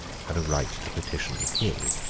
had a right to petition the king.